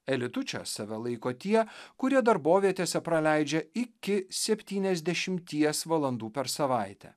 elitu čia save laiko tie kurie darbovietėse praleidžia iki septyniasdešimties valandų per savaitę